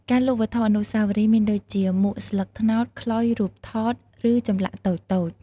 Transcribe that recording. ការលក់វត្ថុអនុស្សាវរីយ៍មានដូចជា មួកស្លឹកត្នោត ខ្លុយ រូបថត ឬចម្លាក់តូចៗ។